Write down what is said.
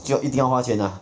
就要一定要花钱的 ah